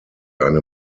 eine